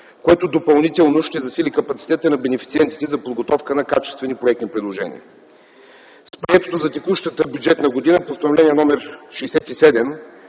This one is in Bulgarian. което допълнително ще засили капацитета на бенефициентите за подготовка на качествени проектни предложения. С приетото за текущата бюджетна година Постановление № 67